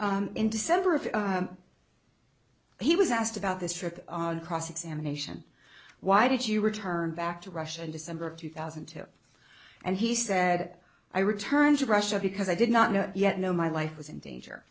open in december of he was asked about this trip cross examination why did you return back to russia in december of two thousand tips and he said i returned to russia because i did not know yet no my life was in danger